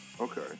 okay